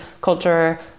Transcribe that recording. culture